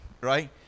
right